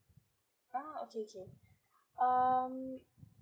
ah okay okay um